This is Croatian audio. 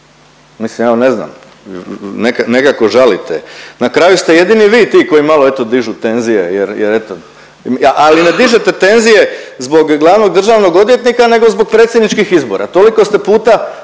Mislim evo ne znam, nekako žalite. Na kraju ste jedini vi ti koji malo eto dižu tenzije, jer eto ali ne dižete tenzije zbog glavnog državnog odvjetnika, nego zbog predsjedničkih izbora. Toliko ste puta